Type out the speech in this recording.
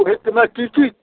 ओहिमे कि कि